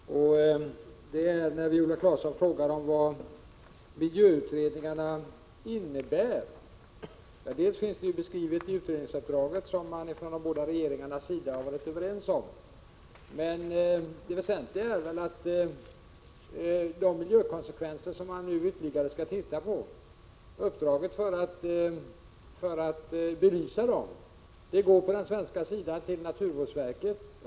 Herr talman! Jag skall ta upp ett par punkter. Viola Claesson frågade vad miljöutredningarna innebär. Det finns beskrivet i utredningsuppdraget, som de båda regeringarna har varit överens om. Det väsentliga är att uppdraget att ytterligare studera miljökonsekvenser går på den svenska sidan till naturvårdsverket.